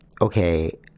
Okay